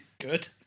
Good